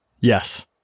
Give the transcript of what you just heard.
Yes